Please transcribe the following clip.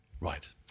Right